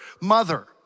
mother